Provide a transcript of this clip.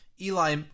Eli